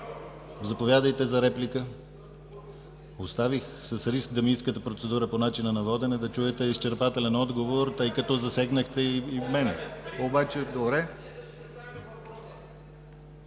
Заповядайте за реплика. Оставих с риск да ми искате процедура по начина на водене, да чуете изчерпателен отговор, тъй като засегнахте и мен, обаче – добре…